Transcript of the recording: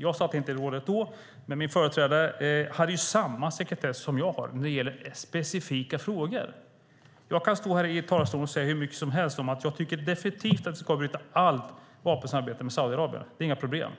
Jag satt inte i rådet då, men min företrädare hade samma sekretess som jag har när det gäller specifika frågor. Jag kan stå här i talarstolen och säga hur mycket som helst om att jag definitivt tycker att vi ska avbryta allt vapensamarbete med Saudiarabien. Det är inga problem,